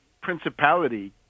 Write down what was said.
principality